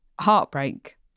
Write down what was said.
heartbreak